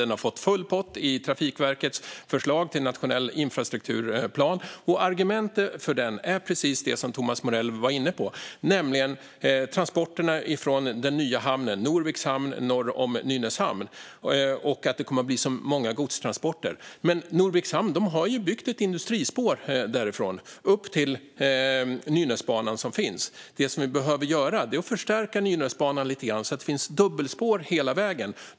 Den har fått full pott i Trafikverkets förslag till nationell infrastrukturplan, och argumentet för den är precis det som Thomas Morell var inne på: att det kommer att bli många godstransporter från den nya hamnen, Norviks hamn, som ligger norr om Nynäshamn. Men från Norviks hamn har man byggt ett industrispår upp till Nynäsbanan, som finns. Det som behöver göras är att förstärka Nynäsbanan lite, så att det finns dubbelspår hela vägen.